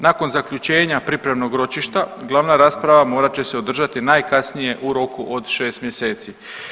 Nakon zaključenja pripremnog ročišta glavna rasprava morat će se održati najkasnije u roku od 6 mjeseci.